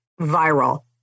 viral